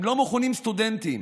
הם לא מכונים סטודנטים,